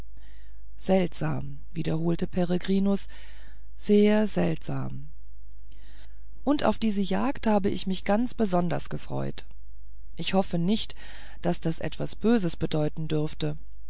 seltsam wiederholte peregrinus sehr seltsam und auf diese jagd hatte ich mich ganz besonders gefreut ich hoffe nicht daß das etwas böses bedeuten dürfte